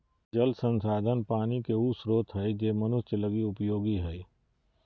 जल संसाधन पानी के उ स्रोत हइ जे मनुष्य लगी उपयोगी हइ